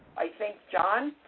i think, john